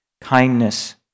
kindness